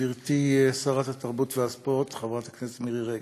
גברתי שרת התרבות והספורט חברת הכנסת מירי רגב,